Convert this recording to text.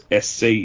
SC